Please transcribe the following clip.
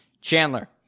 Chandler